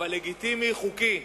זה לגיטימי, חוקי.